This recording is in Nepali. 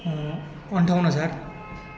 अन्ठाउन्न हजार